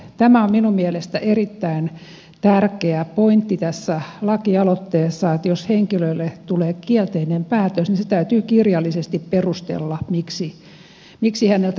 tämä on minun mielestäni erittäin tärkeä pointti tässä lakialoitteessa että jos henkilölle tulee kielteinen päätös täytyy kirjallisesti perustella miksi häneltä jotain kielletään